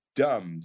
dumb